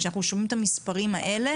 כשאנחנו שומעים את המספרים האלה